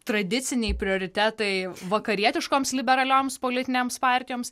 tradiciniai prioritetai vakarietiškoms liberalioms politinėms partijoms